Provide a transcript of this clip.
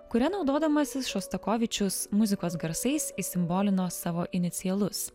kuria naudodamasis šostakovičius muzikos garsais įsimbolino savo inicialus